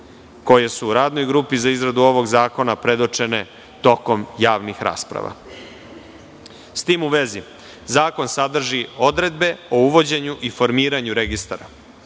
koje su u radnoj grupi za izradu ovog zakona predočene tokom javnih rasprava.S tim u vezi, zakon sadrži odredbe o uvođenju i formiranju registara,